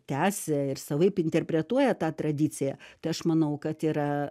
tęsia ir savaip interpretuoja tą tradiciją tai aš manau kad yra